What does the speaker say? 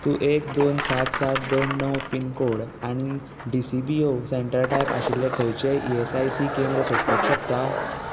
तूं एक दोन सात सात दोन णव पीन कोड आनी D C B O centre type आशिल्ले खंयचेय ई ऍस आय सी केंद्र सोदपाक शकता